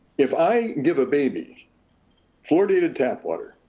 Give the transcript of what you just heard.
if i give a baby fluoridated tap water,